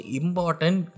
important